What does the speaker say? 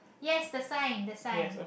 yes the sign the sign